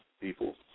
people